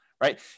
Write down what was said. right